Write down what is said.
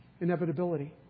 inevitability